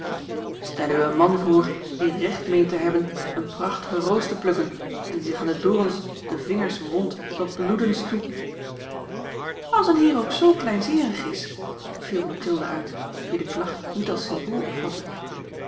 u een man voor die het recht meent te hebben eene prachtige roos te plukken en die zich aan de dorens de vingers wondt tot bloedens toe als een heer ook z kleinzeerig is viel mathilde uit die de klacht niet als symbool